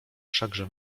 wszakże